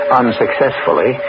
unsuccessfully